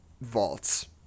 vaults